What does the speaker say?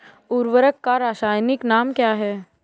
उर्वरक का रासायनिक नाम क्या है?